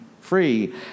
free